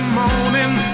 morning